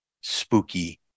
Spooky